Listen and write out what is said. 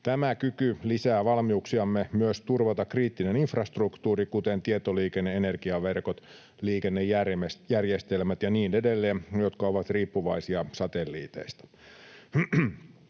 Tämä kyky lisää valmiuksiamme myös turvata kriittinen infrastruktuuri, kuten tietoliikenne- ja energiaverkot, liikennejärjestelmät ja niin edelleen, jotka ovat riippuvaisia satelliiteista.